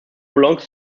belongs